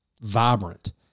vibrant